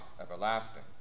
everlasting